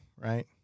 right